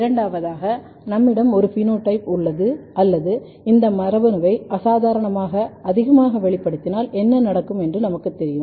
இரண்டாவதாக நம்மிடம் ஒரு பினோடைப் உள்ளது அல்லது இந்த மரபணுவை அசாதாரணமாக அதிகமாக வெளிப்படுத்தினால் என்ன நடக்கும் என்று நமக்குத் தெரியும்